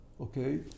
okay